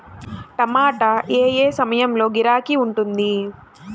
టమాటా ఏ ఏ సమయంలో గిరాకీ ఉంటుంది?